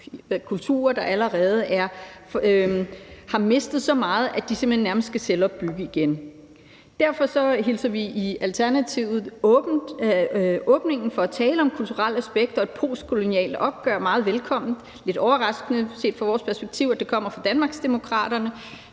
kulturer, der allerede har mistet så meget, at de simpelt hen nærmest skal bygge sig selv op igen. Derfor hilser vi i Alternativet åbningen for at tale om kulturelle aspekter og postkoloniale opgør meget velkommen. Set fra vores synspunkt er det lidt overraskende, at det kommer fra Danmarksdemokraterne,